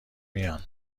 میان